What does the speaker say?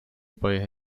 bei